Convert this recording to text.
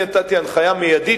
נתתי הנחיה מיידית,